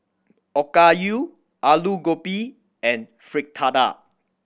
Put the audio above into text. Okayu Alu Gobi and Fritada